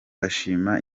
ashima